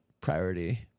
priority